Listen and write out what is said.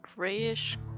grayish